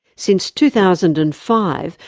since two thousand and five,